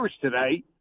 today